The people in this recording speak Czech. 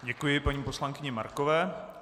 Děkuji paní poslankyni Markové.